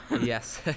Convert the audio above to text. Yes